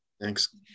Thanks